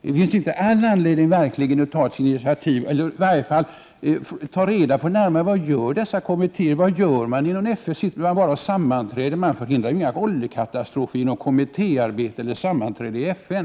Det finns verkligen all anledning att ta initiativ och i varje fall att ta närmare reda på vad dessa kommittéer gör. Vad görs inom FN-organet? Sitter man bara och sammanträder? Man hindrar inga oljekatastrofer genom kommittéarbete och sammanträden i FN!